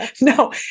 no